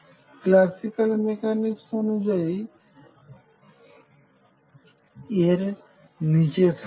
classical mechanics অনুযায়ি এর নিচে থাকবে